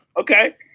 Okay